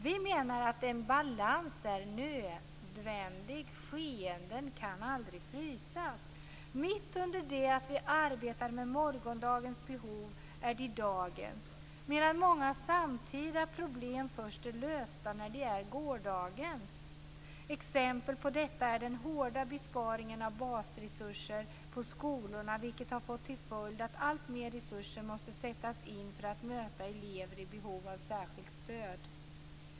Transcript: Vi menar att en balans är nödvändig, skeenden kan aldrig frysas. Mitt under det att vi arbetar med morgondagens behov är de dagens, medan många samtida problem först är lösta när de är gårdagens. Exempel på detta är den hårda besparingen av basresurser på skolorna, vilken har fått till följd att alltmer resurser måste sättas in för att möta elever i behov av särskilt stöd.